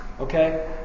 Okay